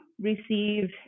receive